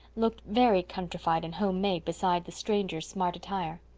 looked very countrified and home-made besides the stranger's smart attire.